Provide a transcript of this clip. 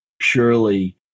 purely